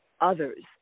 others